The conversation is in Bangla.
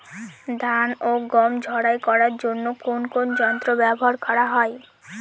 ধান ও গম ঝারাই করার জন্য কোন কোন যন্ত্র ব্যাবহার করা হয়?